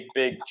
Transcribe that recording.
big